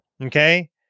Okay